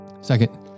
Second